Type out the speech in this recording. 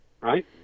Right